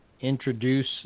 introduce